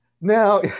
Now